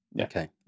okay